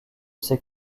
ces